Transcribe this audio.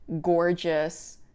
gorgeous